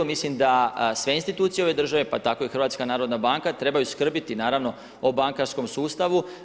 Mislim da sve institucije ove države, pa tako i HNB trebaju skrbiti naravno o bankarskom sustavu.